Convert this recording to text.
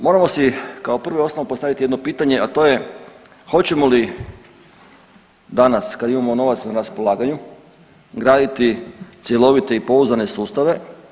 Moramo si kao prvo i osnovno postaviti jedno pitanje, a to je hoćemo li danas kad imamo novaca na raspolaganju graditi cjelovite i pouzdane sustave.